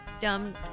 dumb